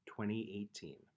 2018